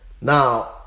Now